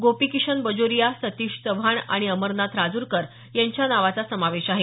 गोपीकिशन बाजोरिया सतीश चव्हाण आणि अमरनाथ राजूरकर यांचा समावेश आहे